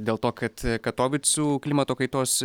dėl to kad katovicų klimato kaitos